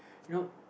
know